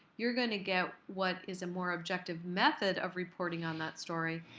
you're going to get what is a more objective method of reporting on that story,